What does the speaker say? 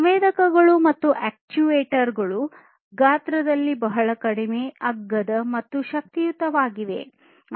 ಸಂವೇದಕಗಳು ಮತ್ತು ಅಕ್ಚುಯೇಟರ್ ಗಳು ಗಾತ್ರದಲ್ಲಿ ಬಹಳ ಕಡಿಮೆ ಅಗ್ಗದ ಮತ್ತು ಶಕ್ತಿಯುತವಾಗಿವೆ